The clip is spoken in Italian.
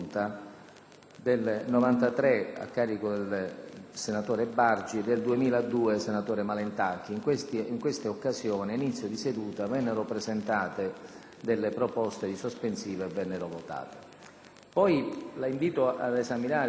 del 1993 a carico del senatore Bargi e un altro del 2002 per il senatore Malentacchi. In queste occasioni, ad inizio di seduta vennero presentate delle proposte di sospensiva, che vennero votate. La invito poi ad esaminare